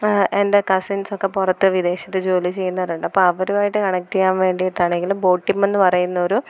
എൻ്റെ കസിൻസൊക്കെ പുറത്ത് വിദേശത്ത് ജോലി ചെയ്യുന്നവരുണ്ട് അപ്പോൾ അവരുമായിട്ട് കണക്ട് ചെയ്യാൻ വേണ്ടിയിട്ടാണെങ്കിലും ബോട്ടിമെന്നു പറയുന്നൊരു